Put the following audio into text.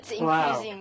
Wow